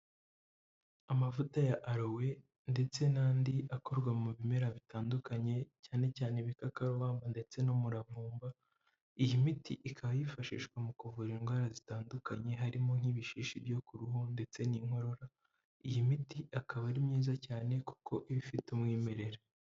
Amavuta ya Arowe, ndetse n'andi akorwa mu bimera bitandukanye, cyane cyane ibikakarubamba ndetse n'umuravumba. Iyi miti ikaba yifashishwa mu kuvura indwara zitandukanye, harimo nk'ibishishi byo ku ruhu, ndetse n'inkorora. Iyi miti akaba ari myiza cyane kuko iba ifite umwimerere.